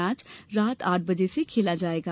match रात आठ बजे से खेला जाएगा